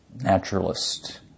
naturalist